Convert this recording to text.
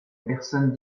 personne